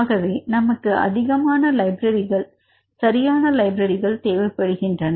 ஆகவே நமக்கு அதிகமான சரியான லைப்ரரிகள் தேவைப்படுகின்றன